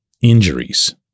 injuries